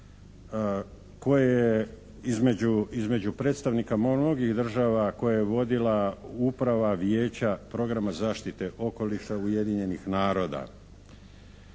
koje je između predstavnika mnogih država koje je vodila uprava Vijeća programa zaštite okoliša Ujedinjenih naroda.